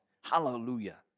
hallelujah